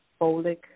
folic